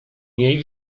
niej